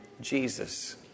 Jesus